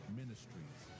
ministries